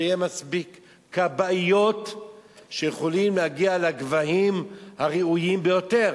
שתהיינה מספיק כבאיות שיוכלו להגיע לגבהים הראויים ביותר.